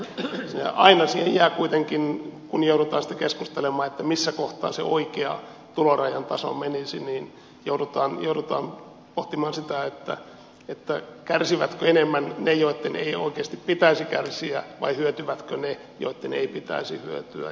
aina siinä kuitenkin kun joudutaan siitä keskustelemaan missä kohtaa se oikea tulorajan taso menisi joudutaan pohtimaan sitä kärsivätkö enemmän ne joitten ei oikeasti pitäisi kärsiä vai hyötyvätkö ne joitten ei pitäisi hyötyä